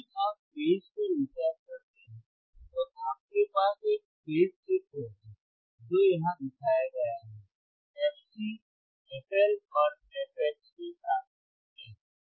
यदि आप फेज पर विचार करते हैं तो आपके पास एक फेज शिफ्ट होगा जो यहां दिखाया गया है fc fLऔर fH के साथ ठीक है